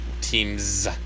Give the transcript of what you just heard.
teams